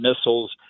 missiles